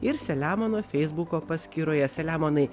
ir selemono feisbuko paskyroje saliamonai